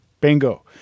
Bingo